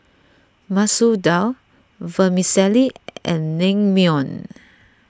Masoor Dal Vermicelli and Naengmyeon